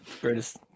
Greatest